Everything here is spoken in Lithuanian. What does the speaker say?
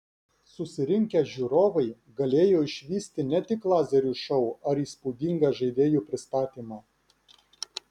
susirinkę žiūrovai galėjo išvysti ne tik lazerių šou ar įspūdingą žaidėjų pristatymą